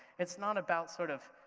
it's not about sort of